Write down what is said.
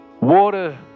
Water